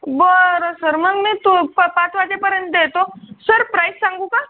बरं सर मग मी तू प पाच वाजेपर्यंत येतो सर प्राईस सांगू का